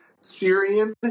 syrian